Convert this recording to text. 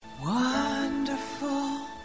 Wonderful